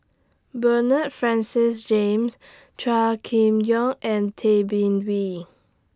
Bernard Francis James Chua Kim Yeow and Tay Bin Wee